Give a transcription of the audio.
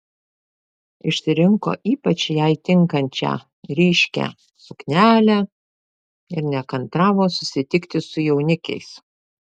išsirinko ypač jai tinkančią ryškią suknelę ir nekantravo susitikti su jaunikiais